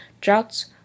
droughts